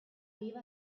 leave